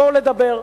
בואו לדבר.